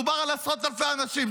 מדובר על עשרות אלפי אנשים.